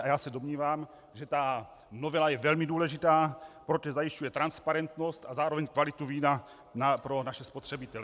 A já se domnívám, že ta novela je velmi důležitá, protože zajišťuje transparentnost a zároveň kvalitu vína pro naše spotřebitele.